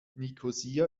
nikosia